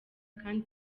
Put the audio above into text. kandi